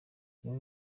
niwe